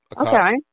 Okay